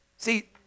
See